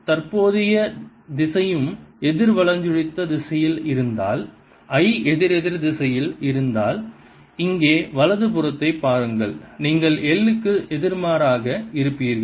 தற்போதைய திசையும் எதிர் வலஞ்சுழித்த திசையில் இருந்தால் I எதிரெதிர் திசையில் இருந்தால் இங்கே வலது புறத்தைப் பாருங்கள் நீங்கள் l க்கு எதிர்மாறாக இருப்பீர்கள்